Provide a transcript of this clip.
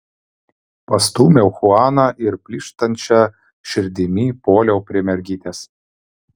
pastūmiau chuaną ir plyštančia širdimi puoliau prie mergytės